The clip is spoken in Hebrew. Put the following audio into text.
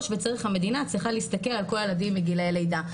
והמדינה צריכה להסתכל על כל הילדים מגילאי לידה,